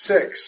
Six